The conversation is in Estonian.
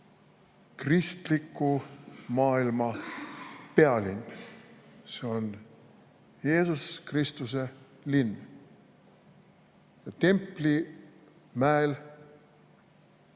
kristliku maailma pealinn, see on Jeesuse Kristuse linn. Templimäel